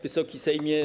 Wysoki Sejmie!